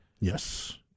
Yes